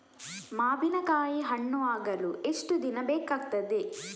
ಮಾವಿನಕಾಯಿ ಹಣ್ಣು ಆಗಲು ಎಷ್ಟು ದಿನ ಬೇಕಗ್ತಾದೆ?